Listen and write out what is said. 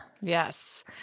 Yes